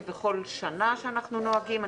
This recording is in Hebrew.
כפי שאנחנו נוהגים כבכל שנה,